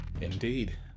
Indeed